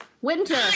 Winter